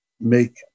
make